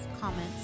comments